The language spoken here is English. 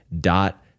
dot